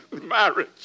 Marriage